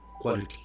quality